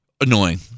annoying